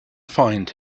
find